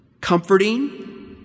comforting